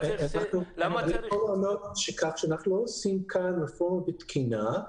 אנחנו לא עושים כאן רפורמה בתקינה,